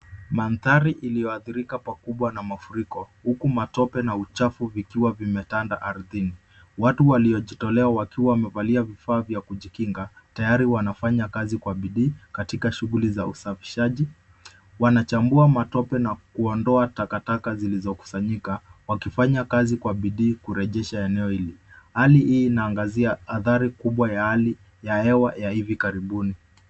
Mandhari iliyoathirika pakubwa na mafuriko huku matope na uchafu vikiwa vimetanda ardhini. Watu waliojitolea wakiwa wamevalia vifaa vya kujikinga, tayari wanafanya kazi kwa bidii katika shughuli za usafishaji. Wanachambua matope na kuondoa takataka zilizokusanyika, wakifanya kazi kwa bidii kurejesha eneo hili. Hali hii inaangazia athari kubwa ya hali ya hewa ya hivi karibuni.